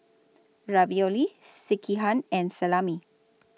Ravioli Sekihan and Salami